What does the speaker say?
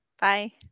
bye